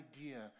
idea